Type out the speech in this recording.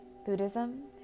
Buddhism